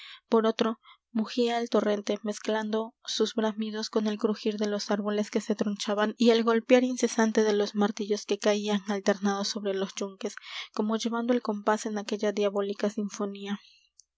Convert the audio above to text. por otro mugía el torrente mezclando sus bramidos con el crujir de los árboles que se tronchaban y el golpear incesante de los martillos que caían alternados sobre los yunques como llevando el compás en aquella diabólica sinfonía